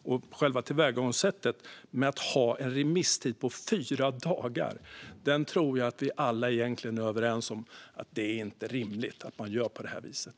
Och själva tillvägagångssättet med en remisstid på fyra dagar - jag tror att vi alla egentligen är överens om att det inte är rimligt att man gör på det viset.